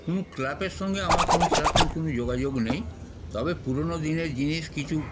কোনো ক্লাবের সঙ্গে আমার কোনো সেরকম কোনো যোগাযোগ নেই তবে পুরনো দিনের জিনিস কিছু